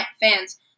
fans